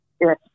Yes